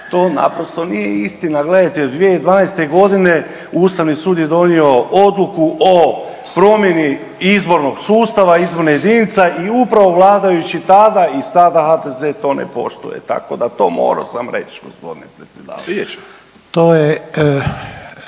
to naprosto nije istina. Gledajte 2012.g. Ustavni sud je donio Odluku o promjeni izbornog sustava izbornih jedinica i upravo vladajući tada i sada HDZ to ne poštuje, tako da to moro sam reć g. predsjedavajući.